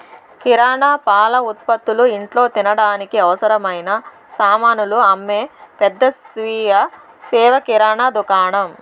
కిరణా, పాల ఉత్పతులు, ఇంట్లో తినడానికి అవసరమైన సామానులు అమ్మే పెద్ద స్వీయ సేవ కిరణా దుకాణం